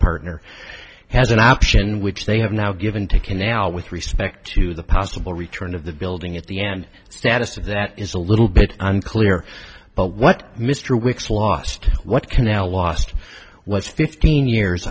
partner has an option which they have now given to can now with respect to the possible return of the building at the end status of that is a little bit unclear but what mr weeks lost what canal lost was fifteen years